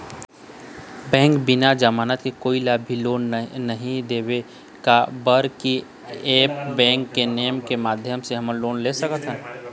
Bank बिना जमानत के कोई ला भी लोन नहीं देवे का बर की ऐप बैंक के नेम के माध्यम से हमन लोन ले सकथन?